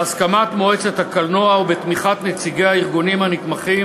בהסכמת מועצת הקולנוע ובתמיכת נציגי הארגונים הנתמכים,